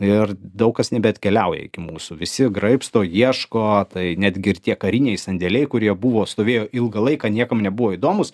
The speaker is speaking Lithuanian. ir daug kas nebeatkeliauja iki mūsų visi graibsto ieško tai netgi ir tie kariniai sandėliai kurie buvo stovėjo ilgą laiką niekam nebuvo įdomūs